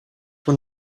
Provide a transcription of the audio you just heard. when